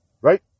Right